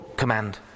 command